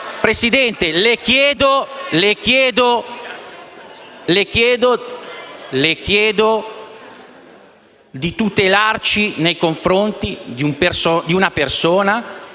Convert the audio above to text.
Presidente, le chiedo di tutelarci nei confronti di una persona